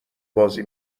بازی